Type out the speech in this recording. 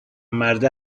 مرده